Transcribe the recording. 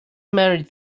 married